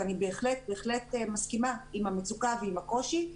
ואני בהחלט מסכימה עם המצוקה ועם הקושי,